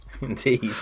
indeed